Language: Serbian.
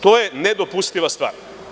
To je nedopustiva stvar.